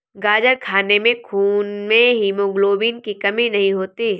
गाजर खाने से खून में हीमोग्लोबिन की कमी नहीं होती